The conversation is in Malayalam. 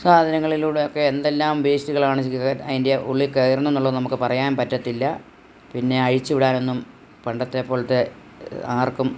സാദനങ്ങളിലൂടെയൊക്കെ എന്തെല്ലാം വേസ്റ്റുകളാണ് അതിൻ്റെ ഉള്ളിൽ കയറുന്നത് എന്നുള്ളത് പറയാൻ പറ്റത്തില്ല പിന്നെ അഴിച്ച് വിടാനൊന്നും പണ്ടത്തെ പോലത്തെ ആർക്കും